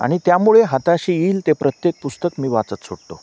आणि त्यामुळे हाताशी येईल ते प्रत्येक पुस्तक मी वाचत सुटतो